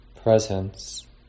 presence